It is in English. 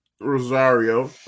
Rosario